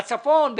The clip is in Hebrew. בצפון,